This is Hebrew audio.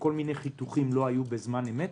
וכל מיני חיתוכים לא היו בזמן אמת,